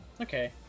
okay